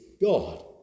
God